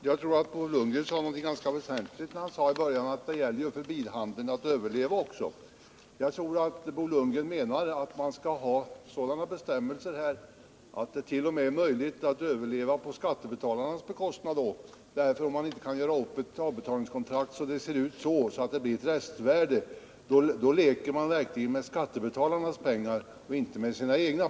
Herr talman! Jag tror att Bo Lundgren sade någonting ganska väsentligt i början av sitt anförande när han nämnde att det för bilhandeln gäller att också överleva. Bo Lundgren menar nog att man skall ha sådana bestämmelser att det t.o.m. är möjligt att överleva på skattebetalarnas bekostnad. Om man inte kan göra upp ett avbetalningskontrakt på sådant sätt att det ser ut som om det skulle bli ett restvärde, leker man verkligen med skattebetalarnas pengar och inte med sina egna.